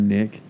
Nick